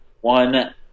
one